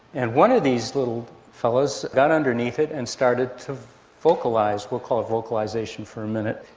and one of these little fellas got underneath it and started to vocalise, we'll call it vocalisation for a minute.